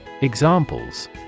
Examples